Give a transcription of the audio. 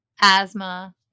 asthma